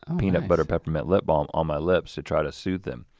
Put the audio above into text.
ah peanut butter peppermint lip balm on my lips to try to sooth them.